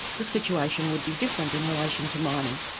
the situation would be different in relation to mining.